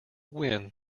wind